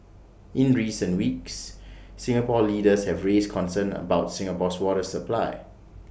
in recent weeks Singapore leaders have raised concerns about Singapore's water supply